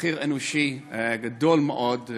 מחיר אנושי גדול מאוד,